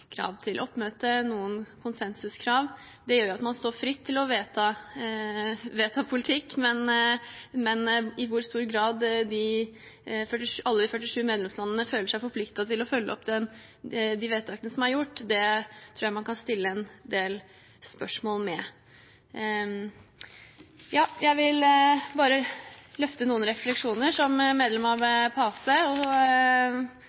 krav til oppmøte, noen konsensuskrav. Det gjør at man står fritt til å vedta politikk, men i hvor stor grad alle de 47 medlemslandene føler seg forpliktet til å følge opp de vedtakene som er gjort, tror jeg man kan stille en del spørsmål ved. Jeg ville bare løfte noen refleksjoner som medlem av